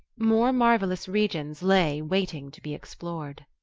more marvellous regions lay waiting to be explored.